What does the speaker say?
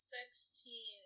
Sixteen